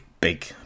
big